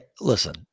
Listen